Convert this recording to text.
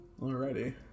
Alrighty